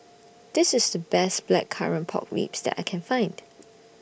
This IS The Best Blackcurrant Pork Ribs that I Can Find